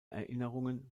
erinnerungen